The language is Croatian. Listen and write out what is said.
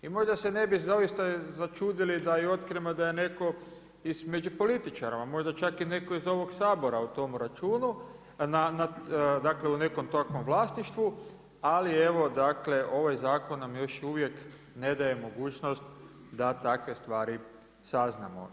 I možda se ne bi zaista začudili da i otkrijemo da je neto i među političarima, možda čak i netko iz ovog Sabora u tom računu, dakle u nekom takvom vlasništvu ali evo dakle ovaj zakon nam još uvijek ne daje mogućnost da takve stvari saznamo.